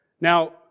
Now